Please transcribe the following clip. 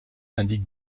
indique